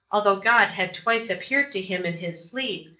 although god had twice appeared to him in his sleep,